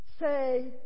say